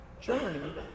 journey